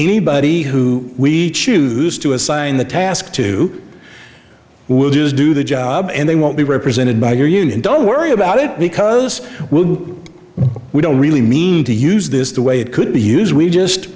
anybody who we choose to assign the task to will do is do the job and they won't be represented by your union don't worry about it because we'll do we don't really mean to use this the way it could be use we just